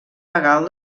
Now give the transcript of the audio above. legal